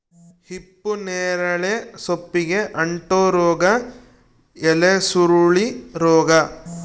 ಹಿಪ್ಪುನೇರಳೆ ಸೊಪ್ಪಿಗೆ ಅಂಟೋ ರೋಗ ಎಲೆಸುರುಳಿ ರೋಗ